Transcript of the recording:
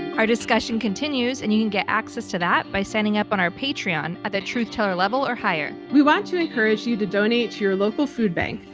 our discussion continues and you can get access to that by signing up on our patreon at the truth teller level or higher. we want to encourage you to donate to your local food bank,